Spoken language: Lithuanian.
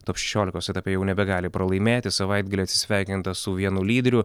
top šešiolikos etape jau nebegali pralaimėti savaitgalį atsisveikinta su vienu lyderiu